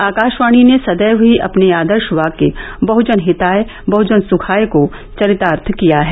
आकाशवाणी ने सदैव ही अपने आदर्श वाक्य बह्जन हिताय बह्जन सुखाय को चरितार्थ किया है